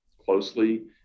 closely